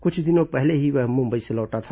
कुछ दिनों पहले ही वह मुंबई से लौटा था